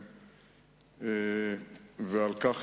אבל,